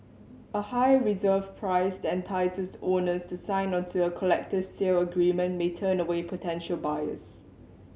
a high reserve price that entices owners to sign onto a collective sale agreement may turn away potential buyers